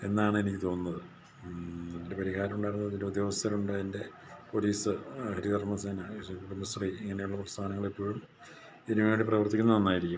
എന്നാണ് എനിക്ക് തോന്നുന്നത് അതിൻ്റെ പരിഹാരം ഉണ്ടായിരുന്നത് അതിൻ്റെ ഉദ്യോഗസ്ഥർ ഉണ്ട് അതിൻ്റെ പോലീസ് ഹരിത കർമ്മ സേന കുടുംബശ്രീ ഇങ്ങനെയുള്ള പ്രസ്ഥാനങ്ങൾ എപ്പോഴും ഇതിന് വേണ്ടി പ്രവർത്തിക്കുന്നത് നന്നായിരിക്കും